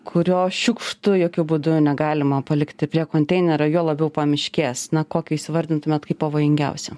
kurio šiukštu jokiu būdu negalima palikti prie konteinerio juo labiau pamiškės na kokį jūs įvardintumėt kaip pavojingiausią